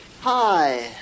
Hi